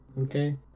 okay